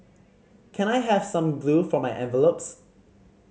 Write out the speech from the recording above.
can I have some glue for my envelopes